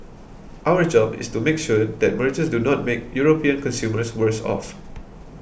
our job is to make sure that mergers do not make European consumers worse off